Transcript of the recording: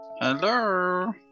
hello